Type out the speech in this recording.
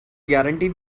guarantee